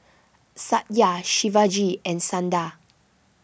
Satya Shivaji and Sundar